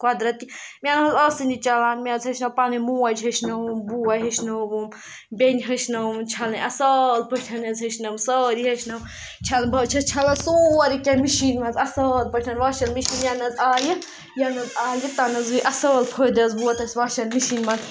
قۄدرَت کہِ مےٚ نہ حظ ٲسٕے نہٕ چَلان مےٚ حظ ہیٚچھنٲو پَنٛنٕۍ موج ہیٚچھنٲوٕم بوے ہیٚچھنووُم بیٚنہِ ہیٚچھِنٲوٕم چھَلٕنۍ اَصٕل پٲٹھۍ حظ ہیٚچھنٲوٕم سٲرۍ ہیٚچھنٲوٕم چھَلٕنۍ بہٕ حظ چھَس چھَلان سورُے کینٛہہ مِشیٖن منٛز اَصٕل پٲٹھۍ واشن مِشیٖن یَنہٕ حظ آیہِ یَنہٕ حظ آیہِ تَنہٕ حظ گٔیٚے اَصٕل فٲیِدٕ حظ ووت اَسہِ واشَن مِشیٖن منٛز